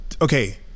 Okay